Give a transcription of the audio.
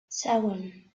seven